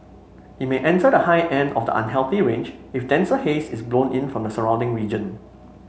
it may enter the high end of the unhealthy range if denser haze is blown in from the surrounding region